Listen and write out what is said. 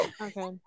Okay